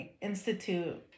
Institute